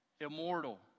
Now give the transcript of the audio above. immortal